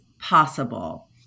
possible